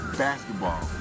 basketball